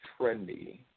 trendy